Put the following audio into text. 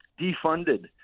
defunded